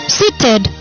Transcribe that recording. seated